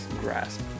grasp